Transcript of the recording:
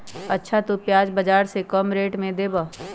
अच्छा तु प्याज बाजार से कम रेट में देबअ?